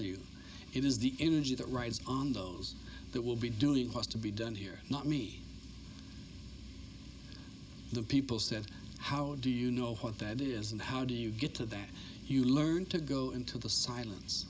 you it is the energy that rides on those that will be doing hostile be done here not me the people said how do you know what that is and how do you get to that you learn to go into the silence